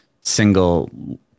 single